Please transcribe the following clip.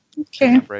Okay